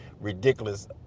ridiculous